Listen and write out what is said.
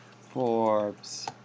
Forbes